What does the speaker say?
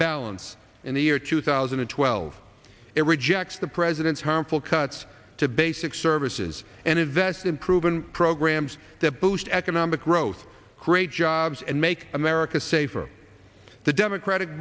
balance in the year two thousand and twelve it rejects the president's harmful cuts to basic services and invest in proven programs that boost economic growth create jobs and make america safer the democratic